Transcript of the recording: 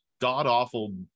god-awful